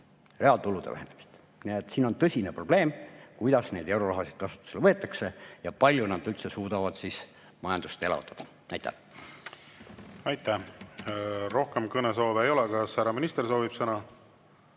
Reaaltulude vähenemist! Siin on tõsine probleem, kuidas neid eurorahasid kasutusele võetakse ja kui palju need suudavad üldse majandust elavdada. Aitäh! Aitäh! Rohkem kõnesoove ei ole. Kas härra minister soovib sõna?